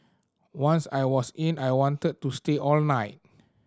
once I was in I wanted to stay all night